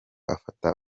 afata